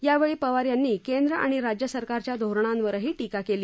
यावेळी पवार यांनी केंद्र आणि राज्य सरकारच्या धोरणांवरही टीका केली